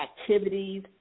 activities